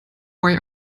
why